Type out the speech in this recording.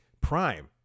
Prime